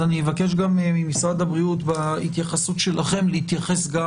אני אבקש ממשרד הבריאות בהתייחסות שלכם להתייחס גם